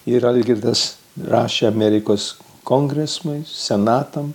ir algirdas rašė amerikos kongresui senatam